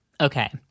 okay